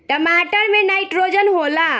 टमाटर मे नाइट्रोजन होला?